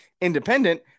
independent